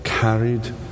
carried